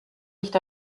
nicht